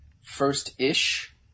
first-ish